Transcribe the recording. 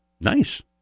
nice